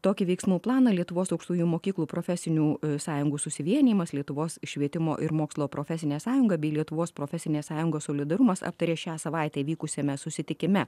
tokį veiksmų planą lietuvos aukštųjų mokyklų profesinių sąjungų susivienijimas lietuvos švietimo ir mokslo profesinė sąjunga bei lietuvos profesinės sąjungos solidarumas aptarė šią savaitę įvykusiame susitikime